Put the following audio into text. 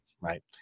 right